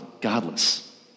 godless